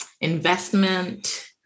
investment